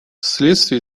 вследствие